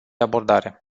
abordare